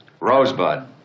Rosebud